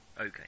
Okay